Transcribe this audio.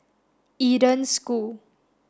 Eden School